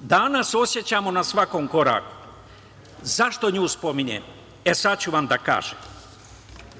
danas osećamo na svakom koraku.Zašto nju spominjem, sad ću da vam kažem.